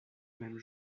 même